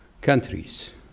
countries